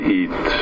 eat